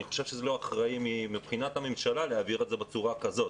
אני חושב שלא אחראי מבחינת הממשלה להעביר את התקנות בצורה כזאת